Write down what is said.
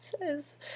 says